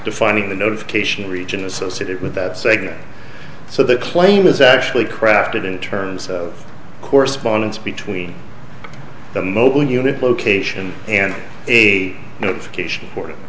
defining the notification region associated with that segment so the claim is actually crafted in terms of correspondence between the mobile unit location and a notification